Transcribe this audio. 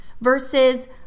versus